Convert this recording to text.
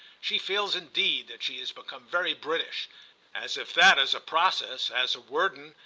she feels indeed that she has become very british as if that, as a process, as a werden,